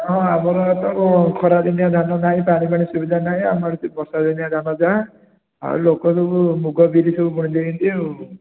ହଁ ଆମର ତ ଖରା ଦିନିଆ ଧାନ ନାଇଁ ପାଣି ଫାଣି ସୁବିଧା ନାଇଁ ଆମର ଏଇଠି ବର୍ଷା ଦିନିଆ ଧାନ ଯାହା ଆଉ ଲୋକ ସବୁ ମୁଗ ବିରି ସବୁ ବୁଣି ଦେଇଛନ୍ତି ଆଉ